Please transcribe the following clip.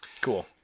Cool